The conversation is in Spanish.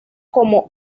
como